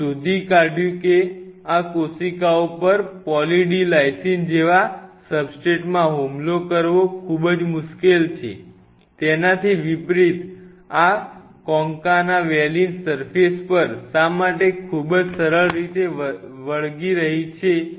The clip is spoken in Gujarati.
આપણે શોધી કાઢ્યું કે આ કોશિકાઓ પર પોલી D લાઈસિન જેવા સબસ્ટ્રેટમાં હુમલો કરવો ખૂબ જ મુશ્કેલ છે તેનાથી વિપરીત આ કોન્કાના વેલીન સર્ફેસ પર શા માટે ખૂબ જ સરસ રીતે વળગી રહે છે